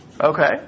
Okay